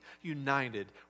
united